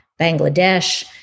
Bangladesh